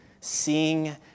seeing